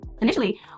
Initially